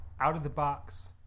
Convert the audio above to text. out-of-the-box